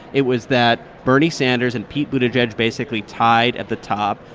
it was that bernie sanders and pete buttigieg basically tied at the top,